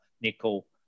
nickel